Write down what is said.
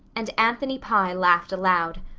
and anthony pye laughed aloud.